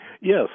Yes